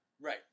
Right